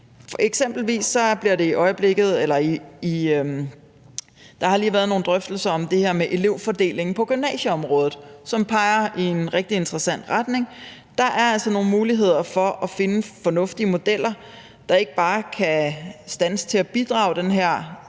har der lige været nogle drøftelser omkring det her med elevfordelingen på gymnasieområdet, som peger i en rigtig interessant retning. Der er altså nogle muligheder for at finde fornuftige modeller, som ikke bare kan bidrage til at standse den her